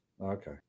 Okay